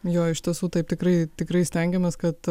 jo iš tiesų taip tikrai tikrai stengiamės kad